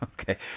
okay